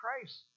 Christ